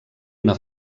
una